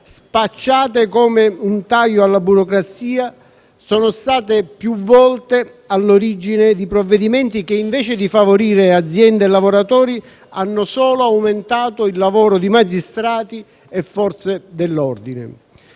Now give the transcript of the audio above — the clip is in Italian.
spacciate come un taglio alla burocrazia, sono state più volte all'origine di provvedimenti che, invece di favorire aziende e lavoratori, hanno solo aumentato il lavoro di magistrati e Forze dell'ordine.